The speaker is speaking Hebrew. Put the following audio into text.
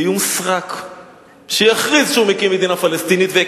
באוגוסט 2009 הוגדלו קצבאות הזיקנה בשיעור